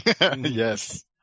Yes